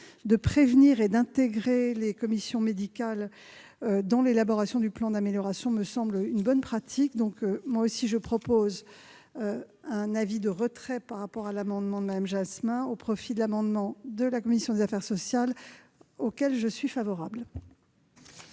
de prévenir et d'intégrer les commissions médicales dans l'élaboration du plan d'amélioration me semble une bonne chose. Je propose donc le retrait de l'amendement de Mme Jasmin au profit de celui de la commission des affaires sociales, auquel je suis favorable.